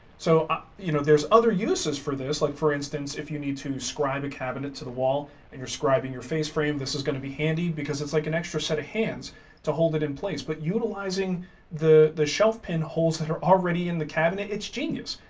so ah you know there's other uses for this, like for instance if you need to scribe a cabinet to the wall and you're scribing your face frame, this is going to be handy because it's like an extra set of hands to hold it in place, but utilizing the the shelf pin holes that are already in the cabinet, it's genius.